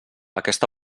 aquesta